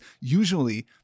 Usually